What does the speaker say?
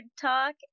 Talk